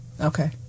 Okay